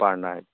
per night